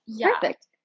Perfect